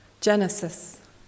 Genesis